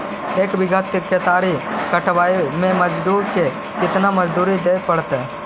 एक बिघा केतारी कटबाबे में मजुर के केतना मजुरि देबे पड़तै?